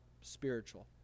spiritual